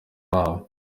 babo